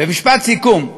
במשפט סיכום: